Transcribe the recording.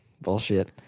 Bullshit